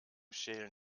schälen